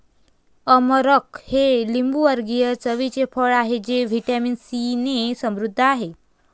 अमरख हे लिंबूवर्गीय चवीचे फळ आहे जे व्हिटॅमिन सीने समृद्ध आहे